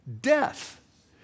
death